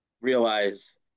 realize